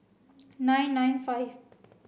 nine nine five